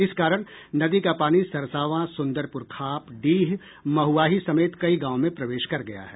इस कारण नदी का पानी सरसावां सुन्दरपुर खाप डीह महुआही समेत कई गांव में प्रवेश कर गया है